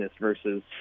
versus